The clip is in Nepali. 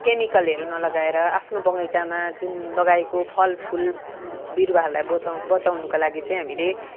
केमिकलहरू नलगाएर आफ्नो बगैँचामा जुन लगाएको फल फुल बिरुवाहरूलाई बचाउ बचाउनको लागि चाहिँ हामीले